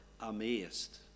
amazed